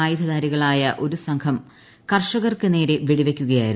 ആയുർദ്ധാരികളായ ഒരു സംഘം കർഷകർക്കു നേരെ വ്വെടിപ്പിയ്ക്കുകയായിരുന്നു